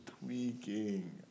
tweaking